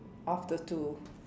after two